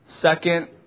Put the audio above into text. Second